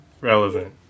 relevant